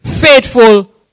faithful